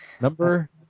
number